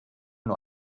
nur